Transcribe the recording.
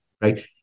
right